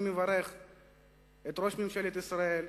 אני מברך את ראש ממשלת ישראל,